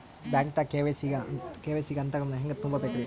ಬ್ಯಾಂಕ್ದಾಗ ಕೆ.ವೈ.ಸಿ ಗ ಹಂತಗಳನ್ನ ಹೆಂಗ್ ತುಂಬೇಕ್ರಿ?